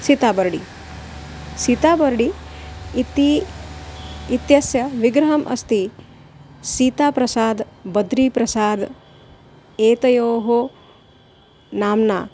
सीताबर्डि सीताबर्डि इति इत्यस्य विग्रहः अस्ति सीताप्रसादः बद्रीप्रसादः एतयोः नाम्ना